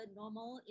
normal